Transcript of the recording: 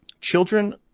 children